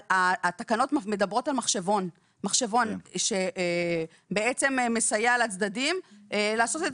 התקנות מדברות על מחשבון שבעצם מסייע לצדדים לעשות את